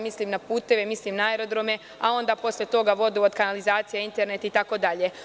Mislim na puteve, mislim na aerodrome, a onda posle togavodovod, kanalizacija, internet itd.